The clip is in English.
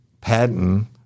Patton